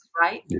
right